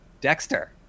Dexter